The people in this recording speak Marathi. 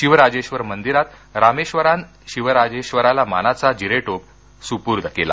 शिवराजेश्वर मंदिरात रामेश्वरान शिवराजेश्वराला मानाचा जिरेटोप सुपूर्द केला